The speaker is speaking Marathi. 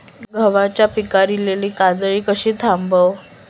गव्हाच्या पिकार इलीली काजळी कशी थांबव?